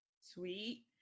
Sweet